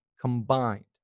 combined